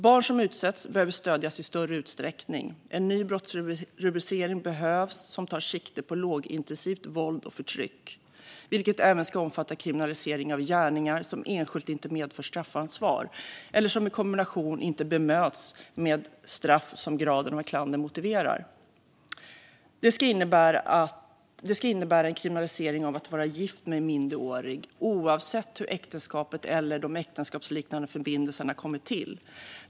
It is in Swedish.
Barn som utsätts behöver stödjas i större utsträckning. En ny brottsrubricering behövs som tar sikte på lågintensivt våld och förtryck, vilket även ska omfatta kriminalisering av gärningar som enskilda inte medför straffansvar eller som i kombination inte bemöts med straff som graden av klander motiverar. Det ska innebära en kriminalisering av att vara gift med en minderårig, oavsett hur äktenskapet eller de äktenskapsliknande förbindelserna kommit till.